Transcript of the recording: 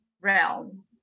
realm